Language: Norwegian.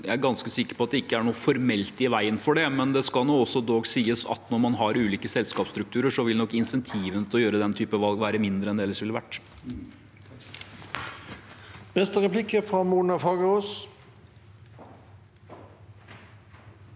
jeg er ganske sikker på at det ikke er noe formelt i veien for det, men det skal dog sies at når man har ulike selskapsstrukturer, vil nok insentivene til å gjøre den type valg være mindre enn de ellers ville vært.